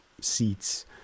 seats